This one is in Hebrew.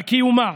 על קיומה?